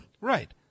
Right